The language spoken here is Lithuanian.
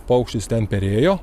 paukštis ten perėjo